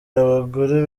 abagore